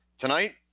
tonight